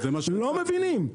לא מבינים.